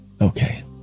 okay